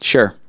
Sure